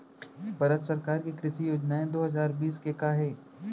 भारत सरकार के कृषि योजनाएं दो हजार बीस के का हे?